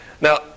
Now